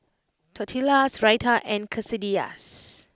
Tortillas Raita and Quesadillas